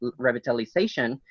revitalization